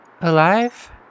Alive